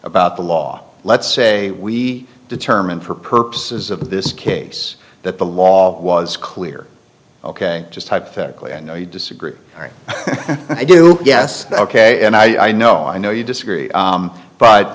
about the law let's say we determine for purposes of this case that the law was clear ok just hypothetically i know you disagree or i do yes ok and i know i know you disagree